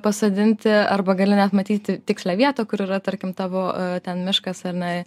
pasodinti arba gali net matyti tikslią vietą kur yra tarkim tavo ten miškas ar ne